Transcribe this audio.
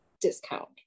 discount